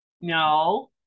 No